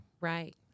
Right